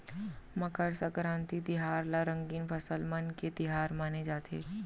मकर संकरांति तिहार ल रंगीन फसल मन के तिहार माने जाथे